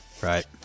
right